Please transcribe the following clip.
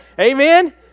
Amen